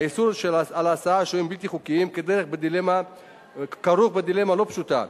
איסור הסעת שוהים בלתי חוקיים כרוך בדילמה לא פשוטה,